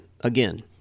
again